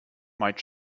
might